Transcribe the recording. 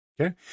Okay